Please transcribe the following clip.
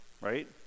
Right